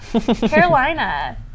carolina